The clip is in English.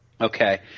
Okay